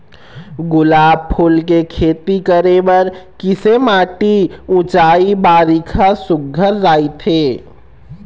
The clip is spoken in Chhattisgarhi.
गुलाब फूल के खेती करे बर किसे माटी ऊंचाई बारिखा सुघ्घर राइथे?